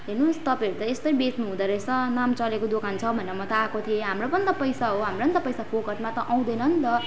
हेर्नुहोस् तपाईँहरू त यस्तै बेच्नुहुँदो रहेछ नाम चलेको दोकान छ भनेर म त आएको थिएँ हाम्रो पनि त पैसा हो हाम्रो पनि त पैसा फोकटमा त आँउदैन नि त